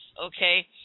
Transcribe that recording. okay